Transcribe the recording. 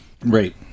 Right